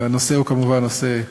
הנושא הוא כמובן נושא חשוב.